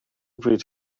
bryd